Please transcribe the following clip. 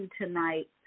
tonight